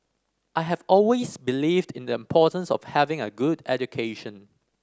I have always believed in the importance of having a good education